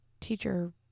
teacher